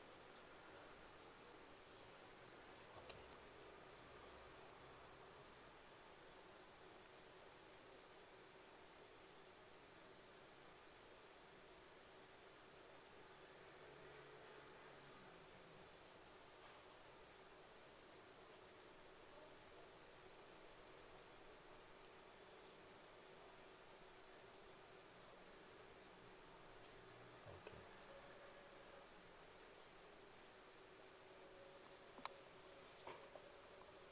okay